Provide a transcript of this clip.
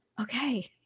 Okay